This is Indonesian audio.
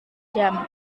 jam